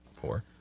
Four